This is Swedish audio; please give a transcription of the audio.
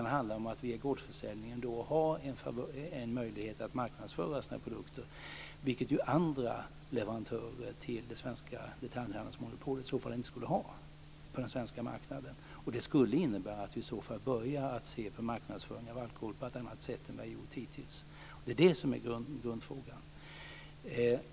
Det handlar om att via gårdsförsäljningen ha en möjlighet att marknadsföra sina produkter, vilket andra leverantörer till det svenska detaljhandelsmonopolet i så fall inte skulle ha på den svenska marknaden. Det skulle innebära att vi börjar se på marknadsföring av alkohol på ett annat sätt än hittills. Det är det som är grundfrågan.